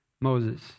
Moses